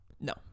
No